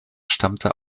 stammte